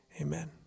amen